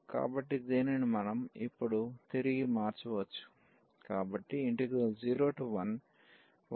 కాబట్టి దీనిని మనం ఇప్పుడు తిరిగి మార్చవచ్చు